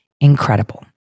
incredible